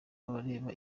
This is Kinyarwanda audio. abareba